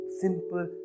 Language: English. simple